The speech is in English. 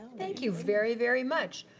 thank you, very, very much.